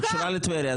קשורה לטבריה.